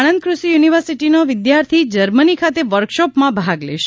આણંદ ક્રષિ યુનિવર્સિટીનો વિદ્યાર્થી જર્મની ખાતે વર્કશોપમાં ભાગ લેશે